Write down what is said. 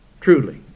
truly